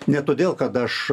ne todėl kad aš